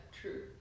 true